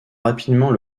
rapidement